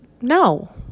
No